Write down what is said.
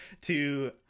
To-